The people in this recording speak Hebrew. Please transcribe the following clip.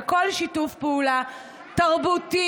וכל שיתוף פעולה תרבותי,